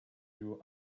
you